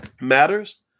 matters